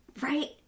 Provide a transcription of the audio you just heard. Right